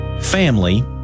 family